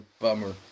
bummer